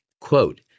Quote